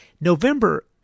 November –